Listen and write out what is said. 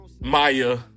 Maya